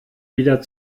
wieder